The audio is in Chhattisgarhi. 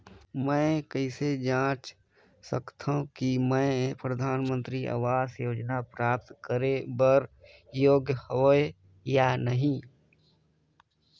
मैं कइसे जांच सकथव कि मैं परधानमंतरी आवास योजना प्राप्त करे बर योग्य हववं या नहीं?